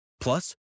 Plus